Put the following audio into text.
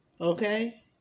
Okay